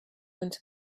into